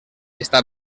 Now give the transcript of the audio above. està